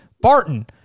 Barton